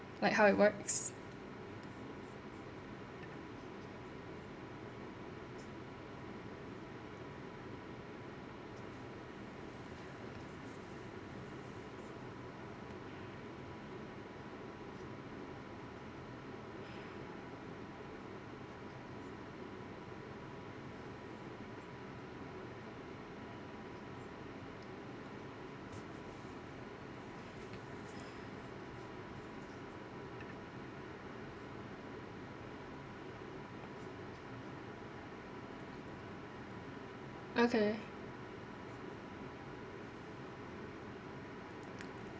like how it works okay